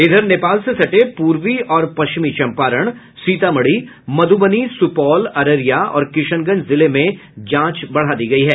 इधर नेपाल से सटे पूर्वी और पश्चिम चम्पारण सीतामढ़ी मधुबनी सुपौल अररिया और किशनगंज जिले में जांच बढ़ा दी गयी है